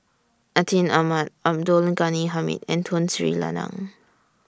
Atin Amat Abdul Ghani Hamid and Tun Sri Lanang